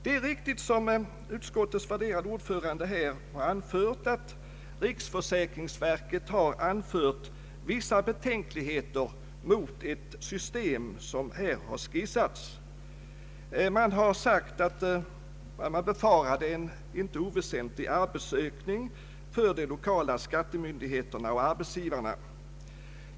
Det är riktigt, som utskottets värderade ordförande har framhållit, att riksförsäkringsverket har anfört vissa betänkligheter mot det system som här har skissats. Verket har sagt att det befarar en inte oväsentlig arbetsökning för de lokala skattemyndigheterna och för arbetsgivarna.